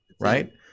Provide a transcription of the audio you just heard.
right